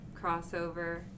crossover